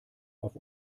auf